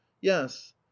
yes